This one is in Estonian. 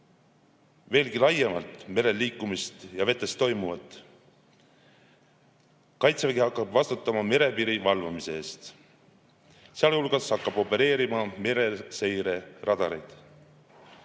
veelgi laiemalt jälgida merel liikumist ja vetes toimuvat. Kaitsevägi hakkab vastutama merepiiri valvamise eest, sealhulgas hakkab opereerima mereseire radareid.